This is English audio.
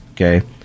okay